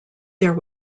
there